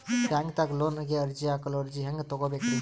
ಬ್ಯಾಂಕ್ದಾಗ ಲೋನ್ ಗೆ ಅರ್ಜಿ ಹಾಕಲು ಅರ್ಜಿ ಹೆಂಗ್ ತಗೊಬೇಕ್ರಿ?